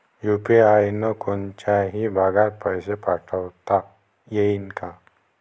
UPI न कोनच्याही भागात पैसे पाठवता येईन का?